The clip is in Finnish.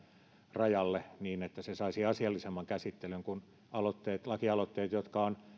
rajalle niin että se saisi asiallisemman käsittelyn kuin lakialoitteet jotka on